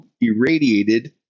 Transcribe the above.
irradiated